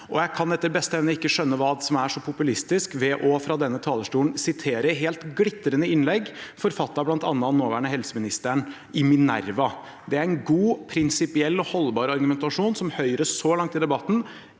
jeg kan etter beste evne ikke skjønne hva som er så populistisk med fra denne talerstolen å sitere et helt glitrende innlegg – forfattet bl.a. av den nåværende helseministeren – i Minerva. Det er en god, prinsipiell og holdbar argumentasjon, som Høyre så langt i debatten